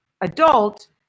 adult